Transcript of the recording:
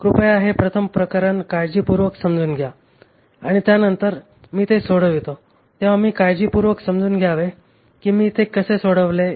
कृपया हे प्रथम प्रकरण काळजीपूर्वक समजून घ्या आणि त्यानंतर मी ते सोडवितो तेव्हा मी काळजीपूर्वक समजून घ्यावे की मी ते कसे सोडविले आहे